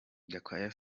gakwaya